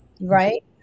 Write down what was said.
right